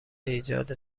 ایجاد